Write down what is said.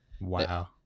Wow